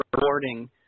rewarding